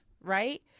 right